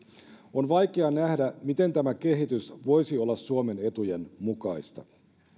on vaikea nähdä miten tämä kehitys voisi olla suomen etujen mukaista